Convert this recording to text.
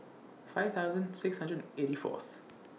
five thousand six hundred eighty Fourth